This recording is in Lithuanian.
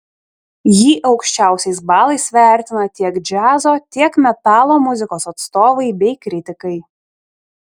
jį aukščiausiais balais vertina tiek džiazo tiek metalo muzikos atstovai bei kritikai